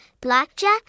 blackjack